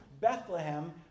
Bethlehem